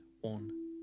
one